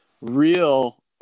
real